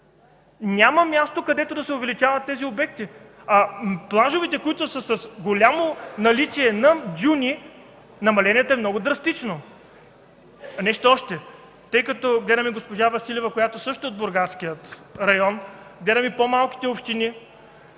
Няма място, където да се увеличават тези обекти, а за плажовете, които са с голямо наличие на дюни, намалението е много драстично. И още нещо. Гледам тук е госпожа Василева, която също е от Бургаския район, гледам и по малките общини